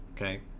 okay